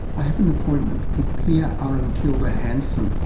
i have an appointment with pia ahrenkilde hansen.